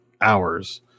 hours